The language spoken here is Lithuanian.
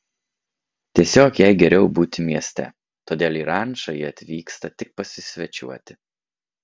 tiesiog jai geriau būti mieste todėl į rančą ji atvyksta tik pasisvečiuoti